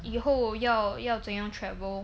以后我要要怎样 travel